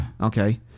Okay